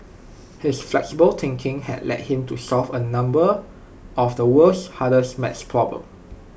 his flexible thinking led him to solve A number of the world's hardest math problems